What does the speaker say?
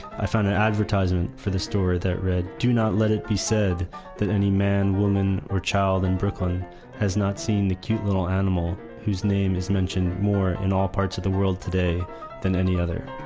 i found an advertisement for this story that read do not let it be said that any man, woman, or child in brooklyn has not seen the cute little animal whose name is mentioned more in all parts of the world today than any other.